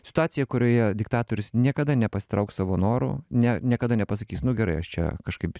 situaciją kurioje diktatorius niekada nepasitrauks savo noru ne niekada nepasakys nu gerai aš čia kažkaip